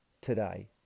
today